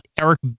Eric